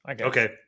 Okay